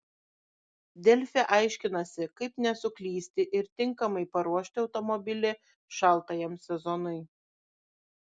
delfi aiškinasi kaip nesuklysti ir tinkamai paruošti automobilį šaltajam sezonui